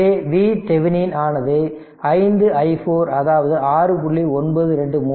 எனவே VThevenin ஆனது 5 i4 அதாவது 6